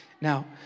Now